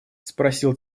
спросил